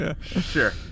Sure